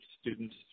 students